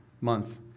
month